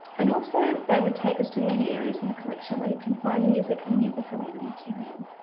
and also they would take us to many areas in the collection where you can find music and music related material.